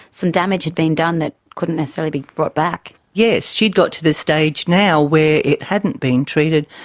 some damage had been done that couldn't necessarily be brought back. yes, she'd got to the stage now where it hadn't been treated.